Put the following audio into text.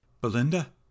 belinda